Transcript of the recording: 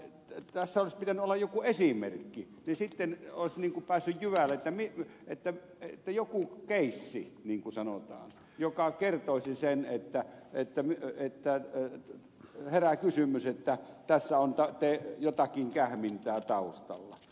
tässä olisi pitänyt olla joku esimerkki niin sitten olisi päässyt jyvälle joku keissi linko sanoo joka kertoisi sen että niin kuin sanotaan kun herää kysymys että tässä on jotakin kähmintää taustalla